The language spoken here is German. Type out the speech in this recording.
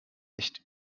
echt